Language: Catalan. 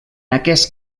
aquest